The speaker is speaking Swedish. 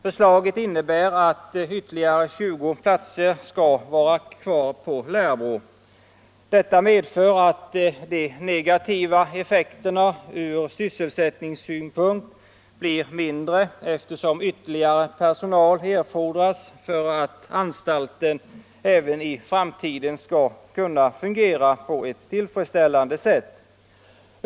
Förslaget innebär att ytterligare 20 platser skall vara kvar på Lärbro. Det medför att de negativa effekterna ur sysselsättningssynpunkt blir mindre, eftersom ytterligare personal erfordras för att anstalten även i framtiden skall kunna fungera på ett tillfredsställande sätt.